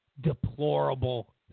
deplorable